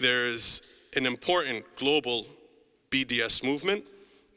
there's an important global b d s movement